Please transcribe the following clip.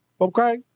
Okay